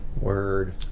Word